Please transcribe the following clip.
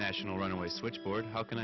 national runaway switchboard how can